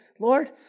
Lord